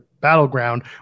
Battleground